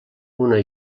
una